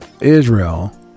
Israel